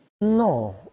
No